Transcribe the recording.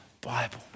Bible